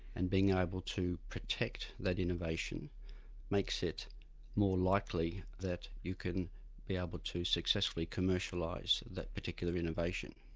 and being able to protect that innovation makes it more likely that you can be able to successfully commercialise that particular innovation.